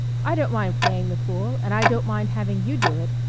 i don't mind playing the fool, and i don't mind having you do it,